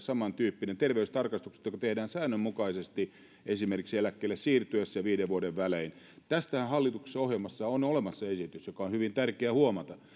samantyyppinen terveystarkastukset jotka tehdään säännönmukaisesti esimerkiksi eläkkeelle siirtyessä ja viiden vuoden välein tästähän hallituksen ohjelmassa on olemassa esitys joka on hyvin tärkeä huomata